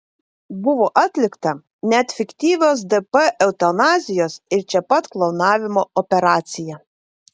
buvo atlikta net fiktyvios dp eutanazijos ir čia pat klonavimo operacija